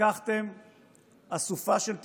לקחתם אסופה של תיקונים.